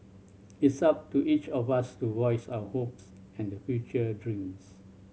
it's up to each of us to voice our hopes and the future dreams